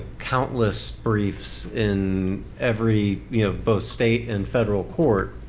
countless briefs in every, you know both state and federal court